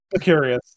curious